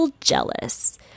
jealous